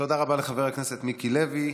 תודה רבה לחבר הכנסת מיקי לוי.